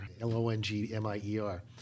L-O-N-G-M-I-E-R